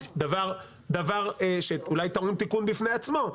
דבר שאולי טעון תיקון בפני עצמו,